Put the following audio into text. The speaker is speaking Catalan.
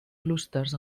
clústers